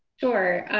sure.